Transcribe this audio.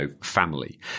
family